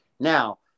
Now